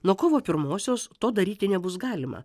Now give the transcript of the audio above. nuo kovo pirmosios to daryti nebus galima